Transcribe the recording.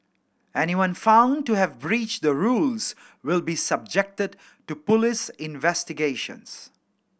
anyone found to have breached the rules will be subjected to police investigations